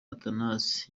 athanase